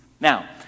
Now